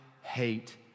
hate